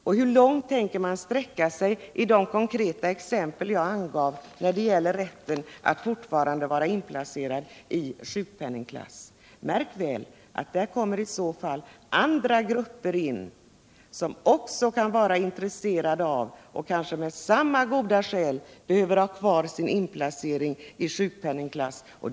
Och hur långt tänker man sträcka sig — I de konkreta fall jag angav som exempel — när det gäller rätten att forfarande vara inplacerad i sjukpenningklass? Märk välatt om föräldrar som utnyttjar ledigheten får sådan rätt kommer även andra grupper in, som också kan vara intresserade av — kanske med samma goda skäl — att ha kvar sin inplacering i sjukpenningklass.